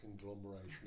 conglomeration